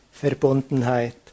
verbundenheit